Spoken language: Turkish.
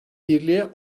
birliğe